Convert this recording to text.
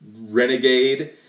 renegade